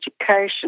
education